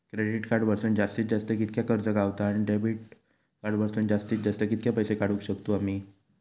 Credit card वरसून जास्तीत जास्त कितक्या कर्ज गावता, आणि डेबिट कार्ड वरसून जास्तीत जास्त कितके पैसे काढुक शकतू आम्ही?